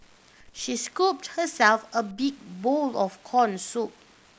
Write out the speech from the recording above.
she scooped herself a big bowl of corn soup